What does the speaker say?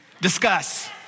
Discuss